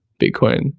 bitcoin